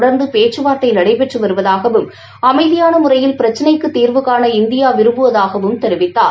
தொடர்ந்து பேச்சுவார்த்தை நடைபெற்று வருவதாகவும் அமைதியான முறையில் பிரச்சினைக்கு தீர்வுகாண இந்தியா விரும்புவதாகவும் தெரிவித்தார்